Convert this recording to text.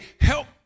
help